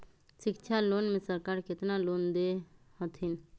शिक्षा लोन में सरकार केतना लोन दे हथिन?